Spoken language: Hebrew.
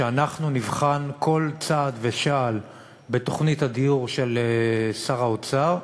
שאנחנו נבחן כל צעד ושעל בתוכנית הדיור של שר האוצר,